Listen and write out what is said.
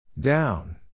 Down